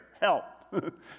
help